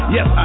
Yes